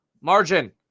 margin